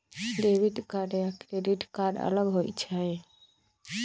Debit card या credit card अलग होईछ ई?